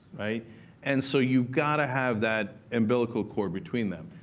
and so you've gotta have that umbilical cord between them.